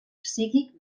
psíquic